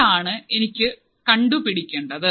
ഇതാണ് എനിക്ക് കണ്ടുപിടിക്കേണ്ടത്